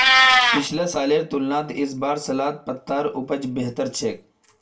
पिछला सालेर तुलनात इस बार सलाद पत्तार उपज बेहतर छेक